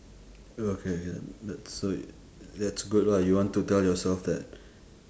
okay then that's it that's good lah you want to tell yourself that